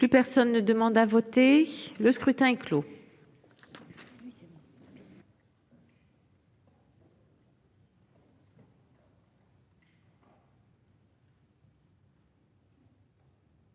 Plus personne ne demande à voter Le scrutin clos.